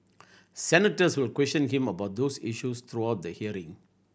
senators will question him about those issues throughout the hearing